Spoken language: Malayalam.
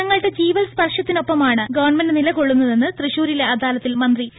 ജനങ്ങളുടെ ജീവൽസ്പർശത്തിനൊപ്പമാണ് ഗവൺമെന്റ് നിലകൊള്ളുന്നതെന്ന് തൃശൂരിലെ അദാലത്തിൽ മന്ത്രി സി